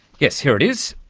yes, here it is,